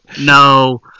no